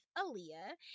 Aaliyah